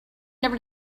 never